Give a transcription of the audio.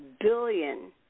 billion